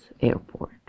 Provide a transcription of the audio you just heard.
airport